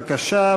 בבקשה,